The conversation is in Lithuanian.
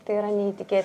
tai yra neįtikė